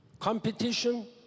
Competition